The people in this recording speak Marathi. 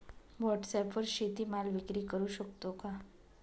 व्हॉटसॲपवर शेती माल विक्री करु शकतो का?